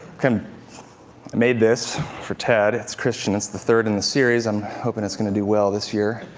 kind of made this for ted. it's christian. it's the third in the series. i'm hoping it's going to do well this year.